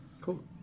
Cool